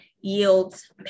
yields